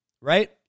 right